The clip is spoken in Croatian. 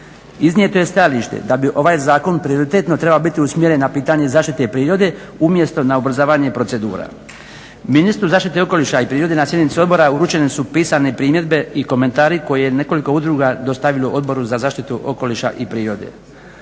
Iznijeto je stajalište da bi ovaj zakon prioritetno trebao biti usmjeren na pitanje zaštite prirode umjesto na ubrzavanje procedura. Ministru zaštite okoliša i prirode na sjednici odbora uručene su pisane primjedbe i komentari koje je nekoliko udruga dostavilo Odboru za zaštitu okoliša i prirode.